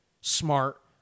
smart